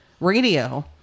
radio